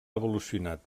evolucionat